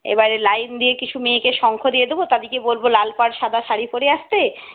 এবারে লাইন দিয়ে কিছু মেয়েকে শঙ্খ দিয়ে দেবো তাদেরকে বলবো লাল পাড় সাদা শাড়ি পরে আসতে